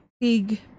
big